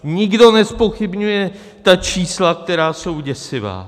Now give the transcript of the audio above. Nikdo nezpochybňuje ta čísla, která jsou děsivá.